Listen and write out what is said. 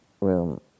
room